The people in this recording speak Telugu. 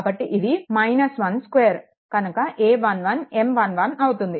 కాబట్టి ఇది 12 కనుక a11M11 అవుతుంది